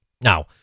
Now